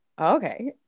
okay